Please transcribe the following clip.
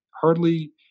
hardly